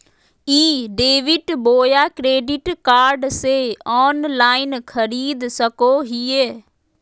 ई debit बोया credit card से online खरीद सको हिए?